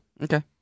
Okay